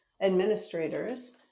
administrators